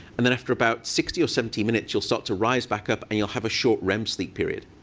and then after about sixty or seventy minutes, you'll start to rise back up, and you'll have a short rem sleep period.